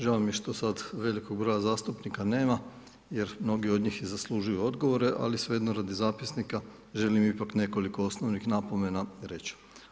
Žao mi je što sad velikog broja zastupnika nema jer mnogi od njih i zaslužuju odgovore, ali svejedno radi zapisnika želim ipak nekoliko osnovnih napomena reći.